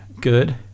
Good